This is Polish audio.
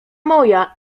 moja